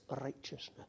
righteousness